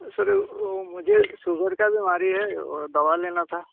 sir वो मुझे sugar की बीमारी है और दवा लेना था